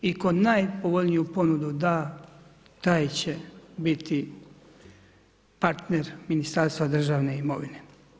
I tko najpovoljniju ponudu da, taj će biti partner Ministarstva državne imovine.